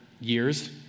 years